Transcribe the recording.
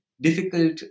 difficult